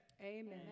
Amen